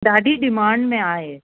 ॾाढी डिमांड में आहे